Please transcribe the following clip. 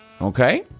Okay